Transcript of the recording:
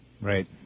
Right